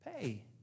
pay